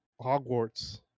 Hogwarts